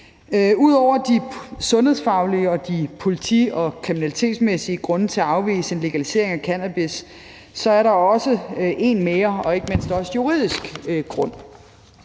Ud over de sundhedsfaglige og de politi- og kriminalitetsmæssige grunde til at afvise en legalisering af cannabis er der en mere grund, som ikke mindst også er en juridisk grund.